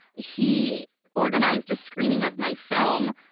he organized a screening of my film,